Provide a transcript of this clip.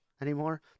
anymore